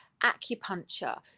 acupuncture